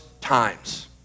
times